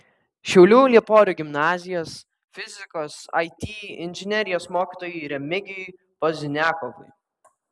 šiaulių lieporių gimnazijos fizikos it inžinerijos mokytojui remigijui pozniakovui